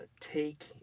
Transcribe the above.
take